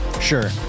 Sure